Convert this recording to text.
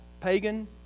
pagan